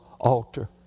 altar